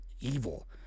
evil